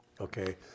Okay